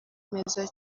meza